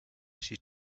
she